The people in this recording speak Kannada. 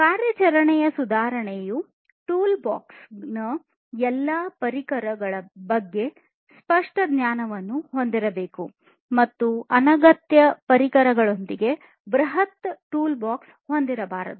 ಕಾರ್ಯಾಚರಣೆಯ ಸುಧಾರಣೆಯು ಟೂಲ್ಬಾಕ್ಸ್ ನ ಎಲ್ಲಾ ಪರಿಕರಗಳ ಬಗ್ಗೆ ಸ್ಪಷ್ಟ ಜ್ಞಾನವನ್ನು ಹೊಂದಿರಬೇಕು ಮತ್ತು ಅನಗತ್ಯ ಪರಿಕರಗಳೊಂದಿಗೆ ಬೃಹತ್ ಟೂಲ್ಬಾಕ್ಸ್ ಹೊಂದಿರಬಾರದು